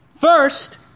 First